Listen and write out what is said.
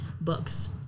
books